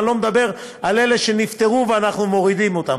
אני לא מדבר על אלה שנפטרו ואנחנו מורידים אותם.